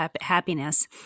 happiness